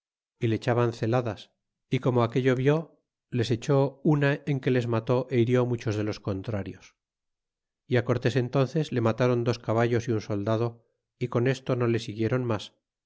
y le echaban celadas y corno aquello vi les echó una en que les mató hirió muchos de los contrarios é cortés entónces le mataron dos caballos é un soldado y con esto no le siguiéron mas